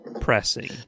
pressing